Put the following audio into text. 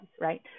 right